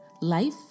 life